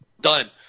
Done